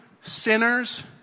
sinners